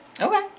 Okay